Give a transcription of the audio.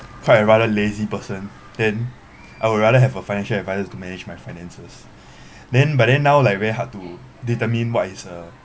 quite a rather lazy person then I would rather have a financial adviser to manage my finances then but then now like very hard to determine what is a